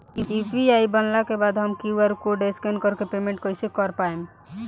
UPI बनला के बाद हम क्यू.आर कोड स्कैन कर के पेमेंट कइसे कर पाएम?